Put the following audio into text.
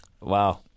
wow